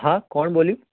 હા કોણ બોલ્યું